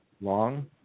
long